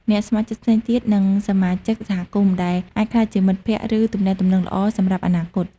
អ្នកស្ម័គ្រចិត្តផ្សេងទៀត និងសមាជិកសហគមន៍ ដែលអាចក្លាយជាមិត្តភក្តិ ឬទំនាក់ទំនងល្អសម្រាប់អនាគត។